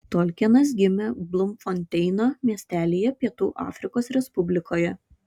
tolkienas gimė blumfonteino miestelyje pietų afrikos respublikoje